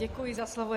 Děkuji za slovo.